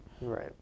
right